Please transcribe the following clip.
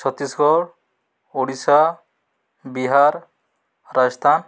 Chhattisgarh Odisha Bihar Rajasthan